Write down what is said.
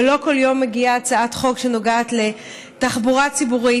ולא כל יום מגיעה הצעת חוק שנוגעת לתחבורה ציבורית,